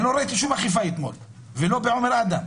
לא ראיתי שום אכיפה אתמול וגם לא בעומר אדם.